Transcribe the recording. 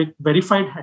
verified